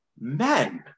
men